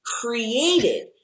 created